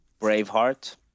Braveheart